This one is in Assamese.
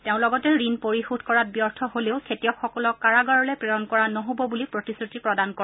তেওঁ লগতে ঋণ পৰিশোধ কৰাত ব্যৰ্থ হলেও খেতিয়কসকলক কাৰাগাৰলৈ প্ৰেৰণ কৰা নহব বুলি প্ৰতিশ্ৰুতি প্ৰদান কৰে